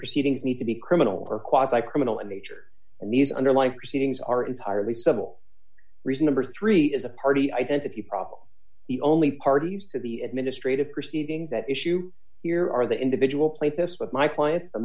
proceedings need to be criminal or qualify criminal in nature and these underlying proceedings are entirely civil reasonable three is a party identity problem the only parties to the administrative proceedings that issue here are the individual place this with my client mar